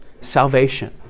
salvation